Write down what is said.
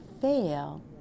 fail